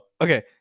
Okay